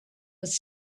was